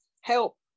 help